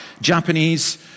Japanese